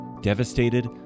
devastated